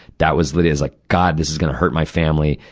that was lydia's, like, god, this is gonna hurt my family.